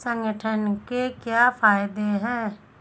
संगठन के क्या फायदें हैं?